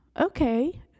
okay